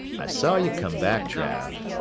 i saw you come back, trav.